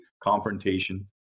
confrontation